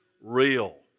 real